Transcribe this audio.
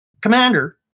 commander